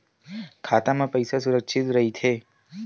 खाता मा पईसा सुरक्षित राइथे?